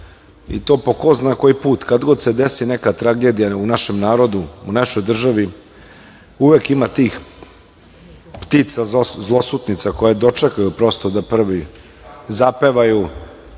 i to po ko zna koji put, kad god se desi neka tragedija u našem narodu, u našoj državi, uvek ima tih ptica zloslutnica koje dočekaju prosto da prvi zapevaju,